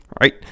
right